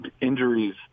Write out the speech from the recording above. injuries